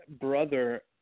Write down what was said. brother